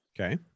okay